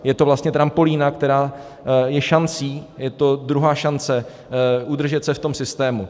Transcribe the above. Je to vlastně trampolína, která je šancí, je to druhá šance udržet se v tom systému.